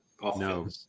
no